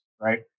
right